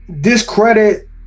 discredit